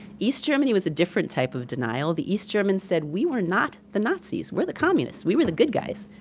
east germany was a different type of denial. the east germans said we were not the nazis. we're the communists. we were the good guys.